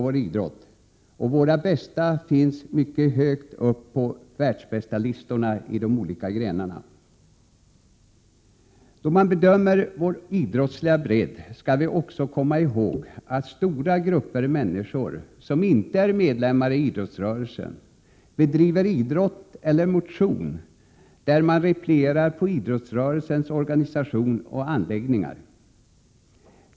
Våra bästa finns mycket högt på världsbästalistorna i de olika grenarna. Då vi bedömer vår idrottsliga bredd skall vi också komma ihåg att stora grupper människor som inte är medlemmar i idrottsrörelsen bedriver idrott eller motion där man replierar på idrottsrörelsens organisation och anläggningar.